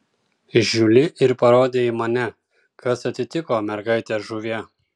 žiuli ir parodė į mane kas atsitiko mergaite žuvie